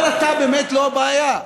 אבל אתה באמת לא הבעיה.